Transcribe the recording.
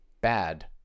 bad